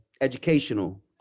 educational